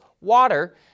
water